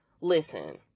listen